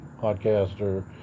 podcaster